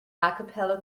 capella